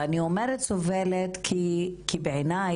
אני אומרת סובלת, כי בעיניי,